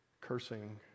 cursing